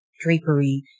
drapery